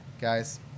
Guys